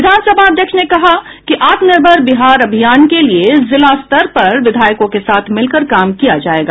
विधान सभा अध्यक्ष ने कहा कि आत्मनिर्भर बिहार अभियान के लिए जिलास्तर पर विधायकों के साथ मिलकर काम किया जायेगा